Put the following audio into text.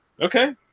okay